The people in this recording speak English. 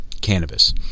cannabis